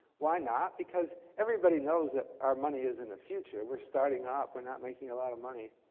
why not? because everybody knows that our money is in the future. we're starting up. we're not making a lot of money.